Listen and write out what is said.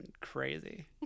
crazy